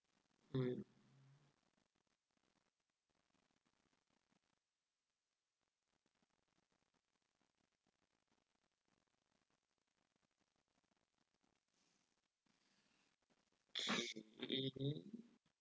mm mm